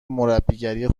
مربیگری